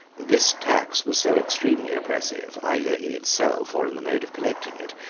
this tax was so extremely oppressive, either in itself or in the mode of collecting it,